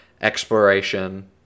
exploration